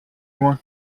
loin